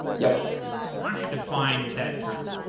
yeah why don't you define that term?